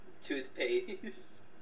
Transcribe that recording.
toothpaste